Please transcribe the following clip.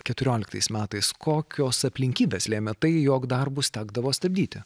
keturioliktais metais kokios aplinkybės lėmė tai jog darbus tekdavo stabdyti